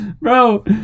bro